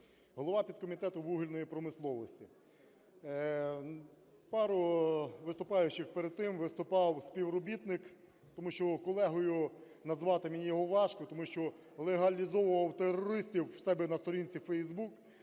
голова підкомітету вугільної промисловості. Пару виступаючих перед тим виступав співробітник, тому що колегою назвати мені його важко, тому що легалізовував терористів в себе на сторінці Фейсбук,